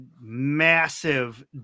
massive